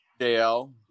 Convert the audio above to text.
JL